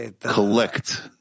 collect